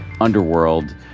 underworld